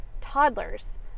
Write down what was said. toddlers